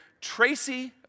Tracy